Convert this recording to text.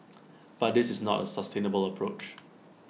but this is not A sustainable approach